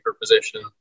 position